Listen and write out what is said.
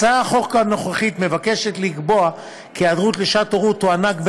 ההצעה הנוכחית מבקשת לקבוע כי ההיעדרות לשעת ההורות תוענק,